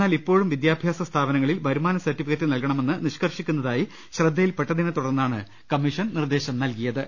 എന്നാൽ ഇപ്പോഴും വിദ്യാഭ്യാസ സ്ഥാപനങ്ങളിൽ വരുമാന സർടിഫിക്കറ്റ് നൽകണമെന്ന് നിഷ്കർഷി ക്കുന്നതായി ശ്രദ്ധയിൽപ്പെട്ടതിനെ തുടർന്നാണ് കമ്മീഷൻ നിർദേശം നൽകിയത്